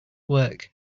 work